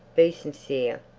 be sincere.